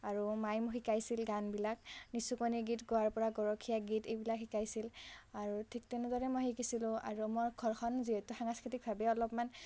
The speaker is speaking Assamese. আৰু মায়ে মোক শিকাইছিল গানবিলাক নিচুকনি গীত গোৱাৰ পৰা গৰখীয়া গীত এইবিলাক শিকাইছিল আৰু ঠিক তেনেদৰে মই শিকিছিলো আৰু মোৰ ঘৰখন যিহেতু সাংস্কৃতিকভাৱে অলপমান